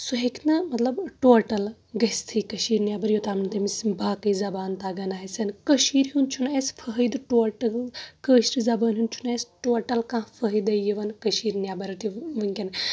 سُہ ہیٚکہِ نہٕ مطلب ٹوٹل گٔژھۍ تھے کٔشیٖرِ نیٚبر یوٚتام نہٕ تٔمِس باقےٕ زبانہٕ تگان آسَن کٔشیٖرِ ہُنٛد چھنہٕ اَسہِ فأیِدٕ ٹوٹل کأشرِ زبأنۍ ہُنٛد چھنہٕ اَسہِ ٹوٹل کانٛہہ فأیِدے یِوان کٔشیٖرِ نیبَر تہِ وُنۍکٮ۪ن